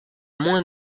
moins